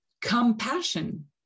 compassion